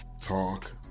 Talk